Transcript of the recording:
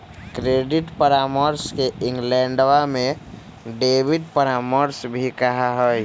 credit परामर्श के इंग्लैंडवा में डेबिट परामर्श भी कहा हई